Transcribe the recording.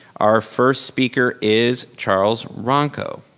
our first speaker is charles runco.